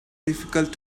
difficult